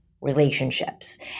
relationships